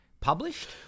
published